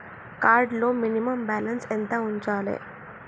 Card లో minimum balance ఎంత ఉంచాలే?